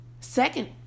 Second